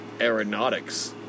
Aeronautics